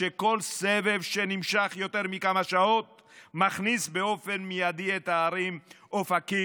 היא שכל סבב שנמשך יותר מכמה שעות מכניס באופן מיידי את הערים אופקים,